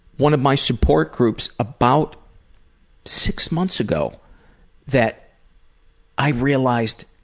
one of my support groups about six months ago that i realized